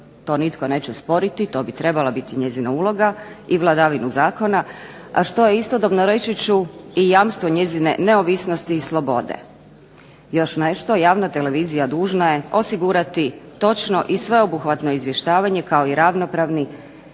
to nitko neće sporiti, to bi trebala biti njezina uloga i vladavinu zakona, a što je istodobno reći ću i jamstvo njezine neovisnosti i slobode. Još nešto, javna televizija dužna je osigurati točno i sveobuhvatno izvještavanje kao i ravnopravni i slobodni